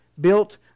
built